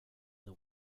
the